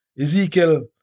ezekiel